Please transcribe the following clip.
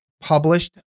published